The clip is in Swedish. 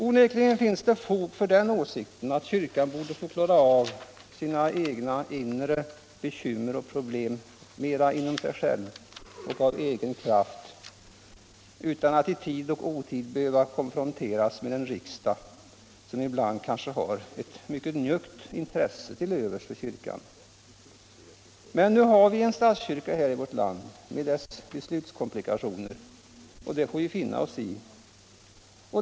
Onekligen finns det fog för den åsikten att kyrkan borde få klara av sina egna inre bekymmer och problem mera inom sig själv och av egen kraft, utan att i tid och otid behöva konfronteras med en riksdag som ibland kanske har ett mycket njuggt intresse till övers för kyrkan. Men nu har vi en statskyrka här i vårt land med dess beslutskomplikationer, och det får vi finna oss i.